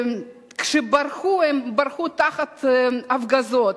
כשברחו הם ברחו תחת הפגזות.